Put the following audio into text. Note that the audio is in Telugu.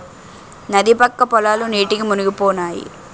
నది పక్క పొలాలు నీటికి మునిగిపోనాయి